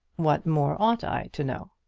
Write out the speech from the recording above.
what more ought i to know?